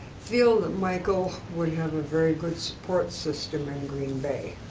feel that michael would have a very good support system in green bay.